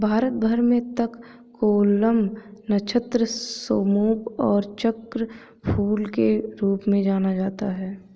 भारत भर में तककोलम, नक्षत्र सोमपू और चक्रफूल के रूप में जाना जाता है